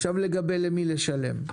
עכשיו לגבי למי לשלם,